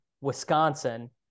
Wisconsin